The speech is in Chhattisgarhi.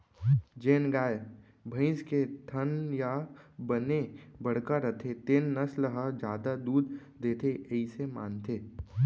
जेन गाय, भईंस के थन ह बने बड़का रथे तेन नसल ह जादा दूद देथे अइसे मानथें